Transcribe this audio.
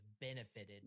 benefited